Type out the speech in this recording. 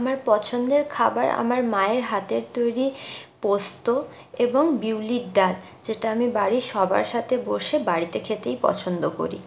আমার পছন্দের খাবার আমার মায়ের হাতের তৈরি পোস্ত এবং বিউলির ডাল যেটা আমি বাড়ির সবার সাথে বসে বাড়িতে খেতেই পছন্দ করি